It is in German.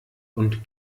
und